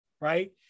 right